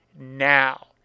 now